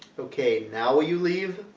okay, now will you leave?